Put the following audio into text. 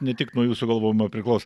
ne tik nuo jūsų galvojimo priklauso